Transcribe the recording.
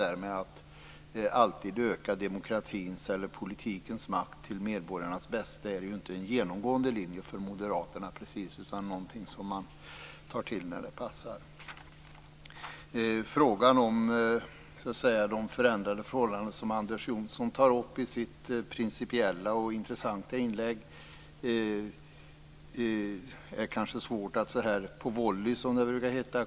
Så det där att alltid vilja öka demokratins eller politikens makt till medborgarnas bästa är inte precis en genomgående linje hos moderaterna. Det är någonting de tar till när det passar. Frågan om de förändrade förhållanden som Anders Johnson tog upp i sitt principiella och intressanta inlägg är kanske svår att kommentera så här "på volley", som det brukar heta.